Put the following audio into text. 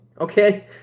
okay